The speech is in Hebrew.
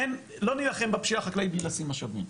לא נילחם בפשיעה החקלאית בלי לשים משאבים,